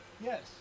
yes